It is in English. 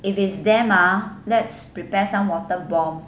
if it's there ha let's prepare some water bomb